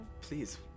please